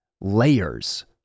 layers